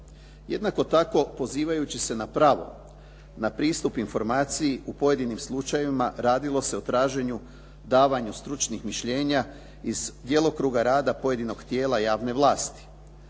Jednako tako pozivajući se na pravo na pristup informaciji u pojedinim slučajevima radilo se o traženju davanju stručnih mišljenja iz djelokruga rada pojedinog tijela javne vlasti.